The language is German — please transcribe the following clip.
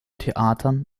theatern